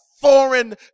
foreign